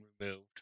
removed